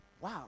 wow